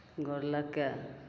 गोड़ लगिके